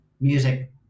music